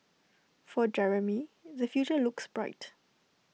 for Jeremy the future looks bright